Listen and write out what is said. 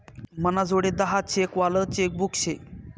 मनाजोडे दहा चेक वालं चेकबुक शे